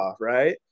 right